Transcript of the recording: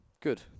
Good